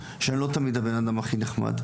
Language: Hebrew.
שלא תמיד הבן אדם הכי נחמד.